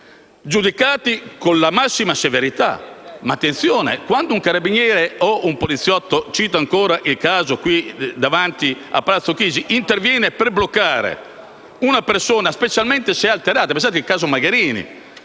giudicati con la massima severità. Ma attenzione, pensiamo a quando un carabiniere o un poliziotto - cito ancora il caso davanti a Palazzo Chigi - interviene per bloccare una persona, specialmente se alterata. Basti pensare al caso Magherini: